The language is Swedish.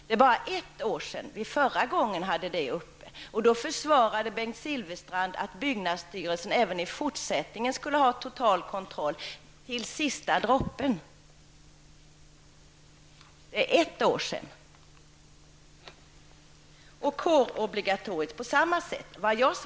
Det är bara ett år sedan vi förra gången hade den frågan uppe. Då försvarade Bengt Silfverstrand förslaget med att byggnadsstyrelsen även i fortsättningen skulle ha totalkontroll till ''sista droppen''. Detta sades för bara ett år sedan. På samma sätt förhåller det sig med kårobligatoriet.